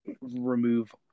remove